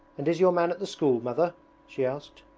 and is your man at the school. mother she asked.